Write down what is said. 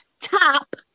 top